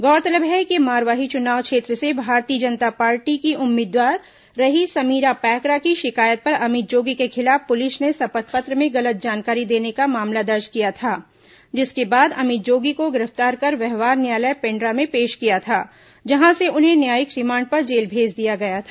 गौरतलब है कि मारवाही चुनाव क्षेत्र से भारतीय जनता पार्टी की उम्मीदवार रही समीरा पैकरा की शिकायत पर अमित जोगी के खिलाफ पुलिस ने शपथ पत्र में गलत जानकारी देने का मामला दर्ज किया था जिसके बाद अमित जोगी को गिरफ्तार कर व्यवहार न्यायालय पेंड्रा में पेश किया था जहां से उन्हें न्यायिक रिमांड पर जेल भेज दिया गया था